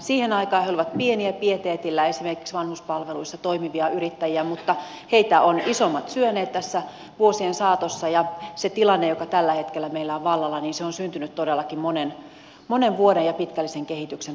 siihen aikaan he olivat pieniä pieteetillä esimerkiksi vanhuspalveluissa toimivia yrittäjiä mutta heitä ovat isommat syöneet tässä vuosien saatossa ja se tilanne joka tällä hetkellä meillä on vallalla on syntynyt todellakin monen vuoden ja pitkällisen kehityksen tuloksena